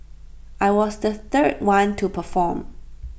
I was the third one to perform